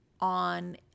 on